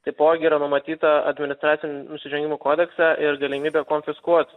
taipogi yra numatyta administracinių nusižengimų kodekse ir galimybė konfiskuot